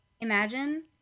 imagine